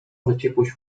zaciekłość